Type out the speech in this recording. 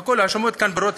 כל ההאשמות כאן ברורות,